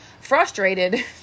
Frustrated